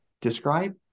describe